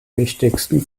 wichtigsten